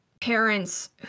parents